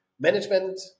Management